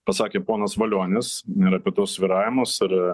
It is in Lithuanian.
ką sakė ponas valionis ir apie tuos svyravimus ir